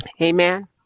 Amen